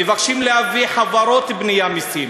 מבקשים להביא חברות בנייה מסין,